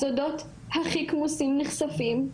הסודות הכי כמוסים נחשפים,